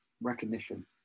recognition